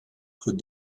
que